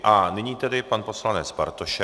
A nyní tedy pan poslanec Bartošek.